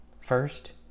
First